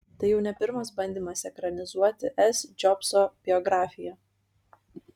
tai jau ne pirmas bandymas ekranizuoti s džobso biografiją